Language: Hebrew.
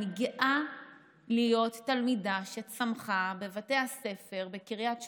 אני גאה להיות תלמידה שצמחה בבתי הספר בקריית שמונה.